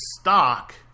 stock